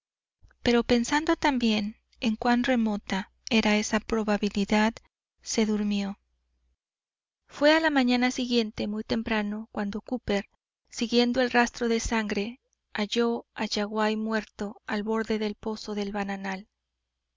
pero pensando también en cuán remota era esa probabilidad se durmió fué a la mañana siguiente muy temprano cuando cooper siguiendo el rastro de sangre halló a yaguaí muerto al borde del pozo del bananal